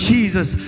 Jesus